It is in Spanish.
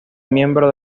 miembro